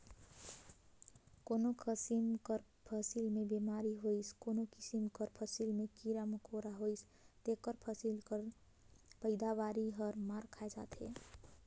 कोनो किसिम कर फसिल में बेमारी होइस कोनो किसिम कर फसिल में कीरा मकोरा होइस तेकर फसिल कर पएदावारी हर मार खाए जाथे